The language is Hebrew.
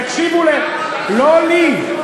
תקשיבו, לא לי.